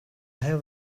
have